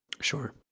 Sure